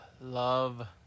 love